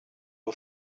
who